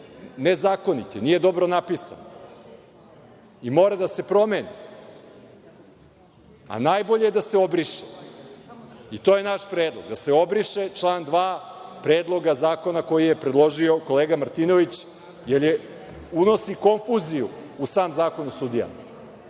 nezakonit, nije dobro napisan i mora da se promeni, a najbolje je da se obriše. I to je naš predlog da se obriše član 2. Predloga zakona koji je predložio kolega Martinović, jer unosi konfuziju u sam Zakon o sudijama.